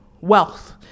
wealth